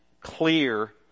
clear